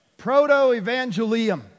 Proto-evangelium